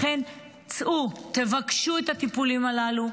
לכן צאו, תבקשו את הטיפולים הללו.